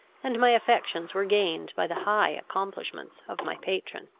and my affections were gained by the high accomplishments of my patron.